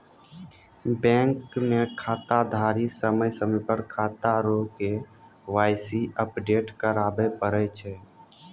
bank मे खाताधारी समय समय पर खाता रो के.वाई.सी अपडेट कराबै पड़ै छै